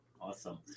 Awesome